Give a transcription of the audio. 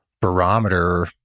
barometer